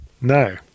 No